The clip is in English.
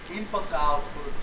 input-output